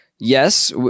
Yes